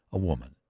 a woman.